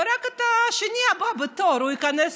והשני, הבא בתור, ייכנס